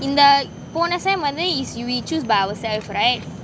in the போன same வந்து:pona seam vanthu is we choose by ourselves right